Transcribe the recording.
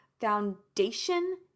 foundation